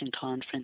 conference